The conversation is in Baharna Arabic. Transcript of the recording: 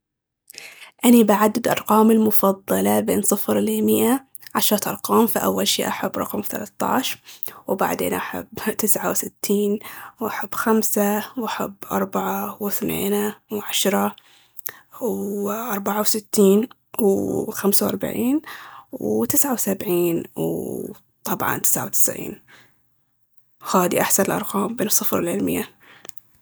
اني بعدد ارقامي المفضلة من صفر الى مئة، عشرة ارقام. فأول شي احب رقم ثلطعش، وبعدين احب تسعة وستين، واحب خمسة، واحب اربعة، وثنينة، وعشرة، واربعة وستين، وخمسة واربعين، وتسعة وسبعين، وطبعاً تسعة وتسعين. هاذي احسن الارقام من صفر لي مية.